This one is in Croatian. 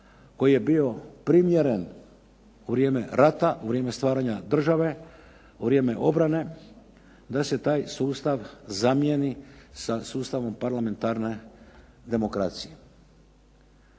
koji je bio primjeren u vrijeme rata, u vrijeme stvaranja države, u vrijeme obrane, da se taj sustav zamijeni sa sustavom parlamentarne demokracije.